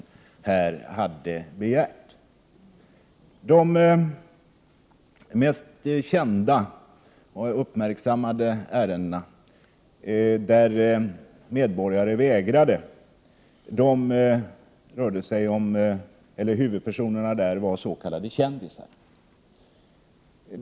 I de mest kända och uppmärksammade ärendena där medborgare vägrade att delta rörde det sig om huvudpersoner som var s.k. kändisar.